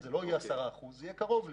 זה אומנם לא יהיה 10%, אבל זה יהיה קרוב לזה.